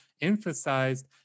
emphasized